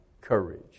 courage